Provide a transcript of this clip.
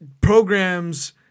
programs